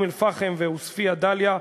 אום-אלפחם ועוספיא-דאליה,